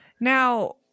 Now